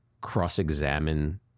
cross-examine